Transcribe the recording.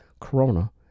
corona